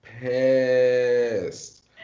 pissed